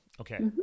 Okay